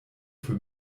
für